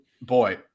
boy